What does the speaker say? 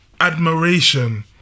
admiration